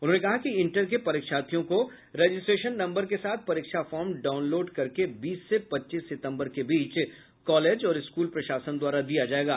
उन्होंने कहा कि इंटर के परीक्षार्थियों को रजिस्ट्रेशन नम्बर के साथ परीक्षा फार्म डाउनलोड करके बीस से पच्चीस सितम्बर के बीच कॉलेज और स्कूल प्रशासन द्वारा दिया जायेगा